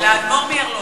לאדמו"ר מערלוי.